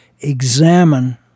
examine